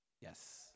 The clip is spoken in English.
Yes